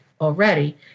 already